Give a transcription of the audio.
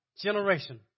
generation